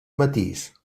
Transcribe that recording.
matís